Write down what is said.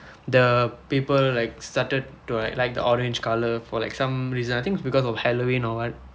the people like started to like like the orange colour for like some reason I think is because of halloween or what